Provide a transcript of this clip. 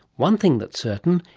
one thing that's certain,